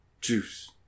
Juice